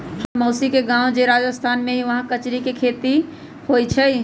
हम्मर मउसी के गाव जे राजस्थान में हई उहाँ कचरी के खेती होई छई